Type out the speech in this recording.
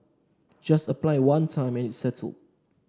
just apply one time and it's settled